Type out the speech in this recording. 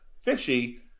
fishy